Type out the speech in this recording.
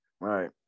Right